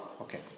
Okay